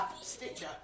stitcher